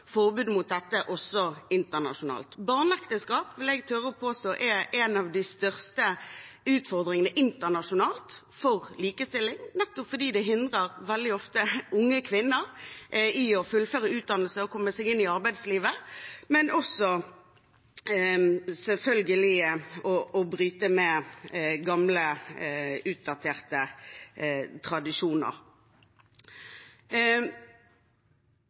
mot dette også internasjonalt. Barneekteskap tør jeg påstå er en av de største utfordringene internasjonalt for likestilling, nettopp fordi det veldig ofte hindrer unge kvinner i å fullføre en utdannelse og komme seg inn i arbeidslivet. Et forbud vil selvfølgelig også bryte med gamle, utdaterte tradisjoner.